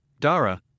DARA